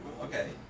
Okay